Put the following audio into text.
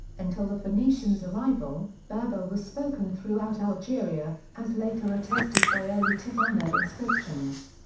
until the phoenicians' arrival, berber was spoken throughout algeria, as later attested by early tifinagh inscriptions.